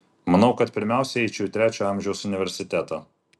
manau kad pirmiausia eičiau į trečiojo amžiaus universitetą